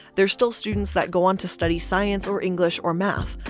there's still students that go on to study science, or english, or math,